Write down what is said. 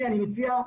אני מציע,